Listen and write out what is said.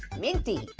minty.